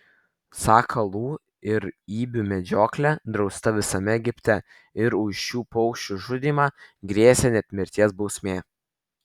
sakalų ir ibių medžioklė drausta visame egipte ir už šių paukščių žudymą grėsė net mirties bausmė